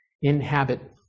inhabit